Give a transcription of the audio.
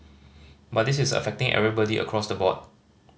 but this is affecting everybody across the board